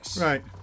Right